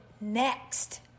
next